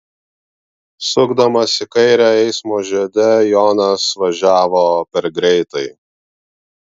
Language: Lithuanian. sukdamas į kairę eismo žiede jonas važiavo per greitai